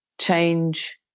change